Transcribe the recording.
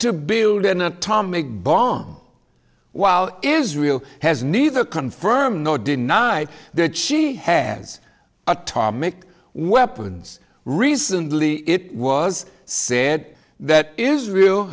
to build an atomic bomb while israel has neither confirm nor deny that she has atomic weapons recently it was said that israel